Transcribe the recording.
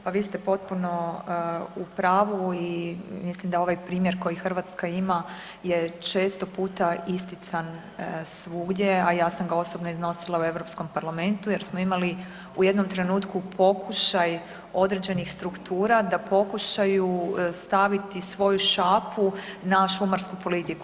Pa vi ste potpuno u pravu i mislim da ovaj primjer koji Hrvatska ima je često puta istican svugdje, a ja sam ga osobno iznosila u Europskom parlamentu jer smo imali u jednom trenutku pokušaj određenih struktura da pokušaju staviti svoju šapu na šumarsku politiku.